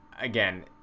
again